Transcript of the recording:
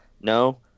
No